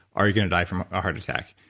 are you going to die from a heart attack?